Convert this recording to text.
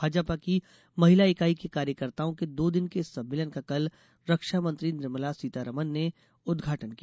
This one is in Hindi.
भाजपा की महिला इकाई के कार्यकर्ताओं के दो दिन के इस सम्मेलन का कल रक्षामंत्री निर्मला सीतारामन ने कल उदघाटन किया